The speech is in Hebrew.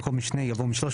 במקום 'משני' יבוא מ'שלושת',